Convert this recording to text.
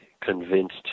convinced